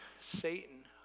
Satan